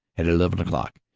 at eleven o'clock,